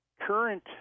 current